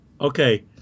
okay